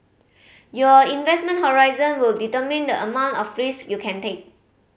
your investment horizon would determine the amount of risk you can take